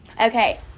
Okay